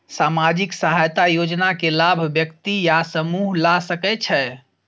सामाजिक सहायता योजना के लाभ व्यक्ति या समूह ला सकै छै?